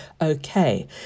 okay